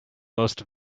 most